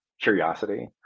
curiosity